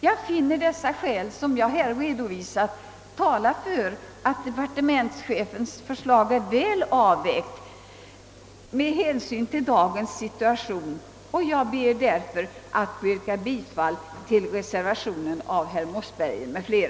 Jag finner att de skäl jag här redovisat talar för att departementschefens förslag med hänsyn till dagens situation är väl avvägt och jag ber därför